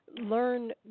Learn